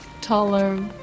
taller